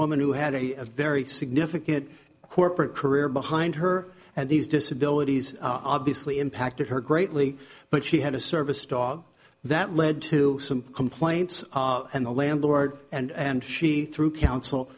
woman who had a very significant corporate career behind her and these disabilities obviously impacted her greatly but she had a service dog that led to some complaints and the landlord and she through coun